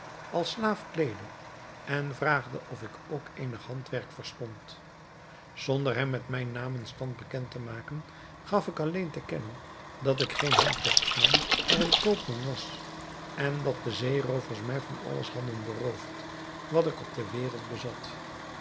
als slaaf kleedde en vraagde of ik ook eenig handwerk verstond zonder hem met mijn naam en stand bekend te maken gaf ik alleen te kennen dat ik geen handwerksman maar een koopman was en dat de zeeroovers mij van alles hadden beroofd wat ik op de wereld bezat